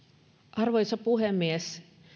arvoisa puhemies